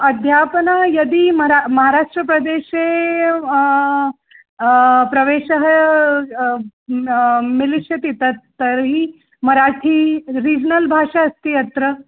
अध्यापनं यदि मरा महराष्ट्रप्रदेशे प्रवेशः मेलिष्यति तत् तर्हि मराठी रीज्नल् भाषा अस्ति अत्र